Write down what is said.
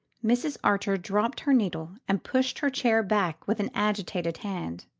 mrs. archer dropped her needle and pushed her chair back with an agitated hand.